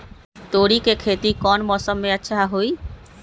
तोड़ी के खेती कौन मौसम में अच्छा होई?